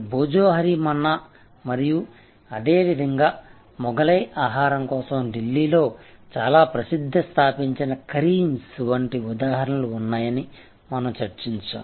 భోజోహోరి మన్నా మరియు అదేవిధంగా మొఘలై ఆహారం కోసం ఢిల్లీలో చాలా ప్రసిద్ధ స్థాపించిన కరీమ్స్ వంటి ఉదాహరణలు ఉన్నాయని మనం చర్చించాము